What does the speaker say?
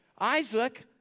Isaac